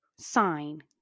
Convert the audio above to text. sign